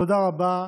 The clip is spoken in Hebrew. תודה רבה.